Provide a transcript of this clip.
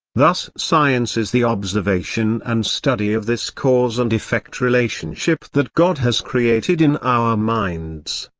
thus science is the observation and study of this cause and effect relationship that god has created in our minds.